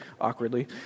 awkwardly